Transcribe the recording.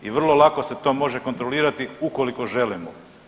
I vrlo lako se to može kontrolirati ukoliko želimo.